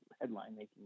headline-making